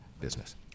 business